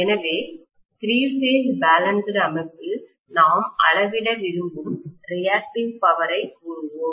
எனவே three phase balanced அமைப்பில் நாம் அளவிட விரும்பும் ரியாக்டிவ் பவரை கூறுவோம்